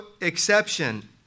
exception